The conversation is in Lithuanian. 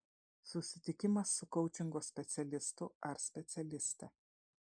susitikimas su koučingo specialistu ar specialiste